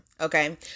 okay